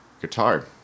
guitar